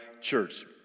church